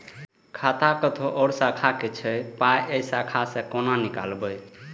खाता कतौ और शाखा के छै पाय ऐ शाखा से कोना नीकालबै?